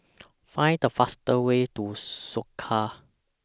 Find The fastest Way to Soka